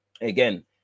again